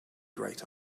great